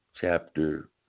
chapter